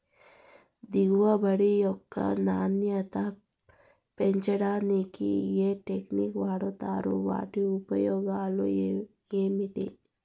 దిగుబడి యొక్క నాణ్యత పెంచడానికి ఏ టెక్నిక్స్ వాడుతారు వాటి ఉపయోగాలు ఏమిటి?